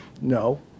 No